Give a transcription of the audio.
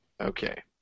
Okay